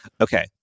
Okay